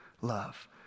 love